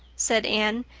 said anne.